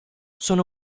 sono